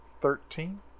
Thirteen